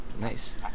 Nice